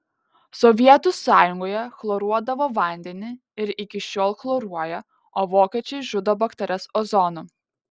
sovietų sąjungoje chloruodavo vandenį ir iki šiol chloruoja o vokiečiai žudo bakterijas ozonu